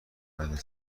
بند